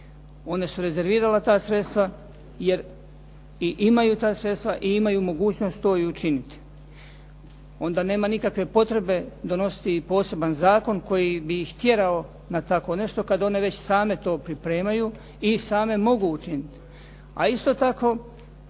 One su rezervirale ta sredstva, jer i imaju ta sredstva i imaju mogućnost to i učiniti. Onda nema nikakve potrebe donositi poseban zakon koji bi ih tjerao na tako nešto kada one već same to pripremaju i same mogu to učiniti.